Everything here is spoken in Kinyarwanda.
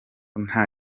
nta